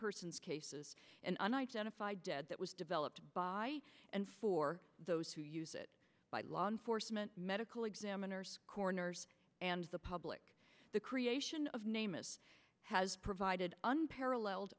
persons cases and unidentified dead that was developed by and for those who use it by law enforcement medical examiners corners and the public the creation of name is has provided unparalleled